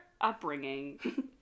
upbringing